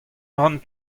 ran